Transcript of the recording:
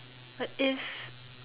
but it's